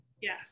yes